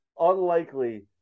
unlikely